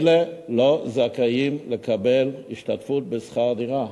אלה לא זכאים לקבל השתתפות בשכר דירה.